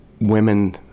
women